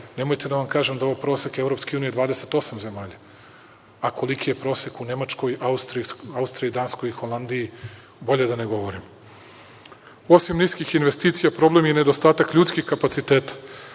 Nemojte da vam kažem da je ovo prosek EU 28 zemalja, a koliki je prosek u Nemačkoj, Austriji, Danskoj, Holandiji, bolje da ne govorim. Osim niskih investicija problem je i nedostatak ljudskih kapaciteta